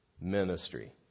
ministry